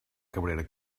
cabrera